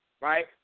right